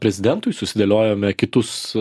prezidentui susidėliojome kitus